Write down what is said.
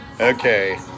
okay